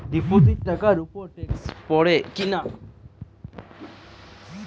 Deposit টাকার উপর tax পড়ে কি?